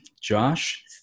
Josh